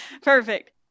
Perfect